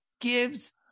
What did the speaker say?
gives